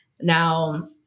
Now